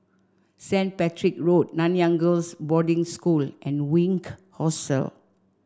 Saint Patrick's Road Nanyang Girls' Boarding School and Wink Hostel